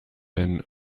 been